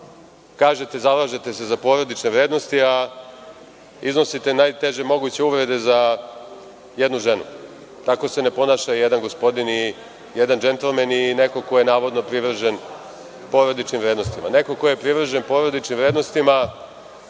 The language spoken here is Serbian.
zalažete se za porodične vrednosti, a iznosite najteže moguće uvrede za jednu ženu, tako se ne ponaša jedan gospodin i jedan džentlmen i neko ko je navodno privržen porodičnim vrednostima. Neko ko je privržen porodičnim vrednostima,